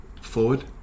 forward